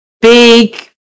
big